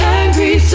angry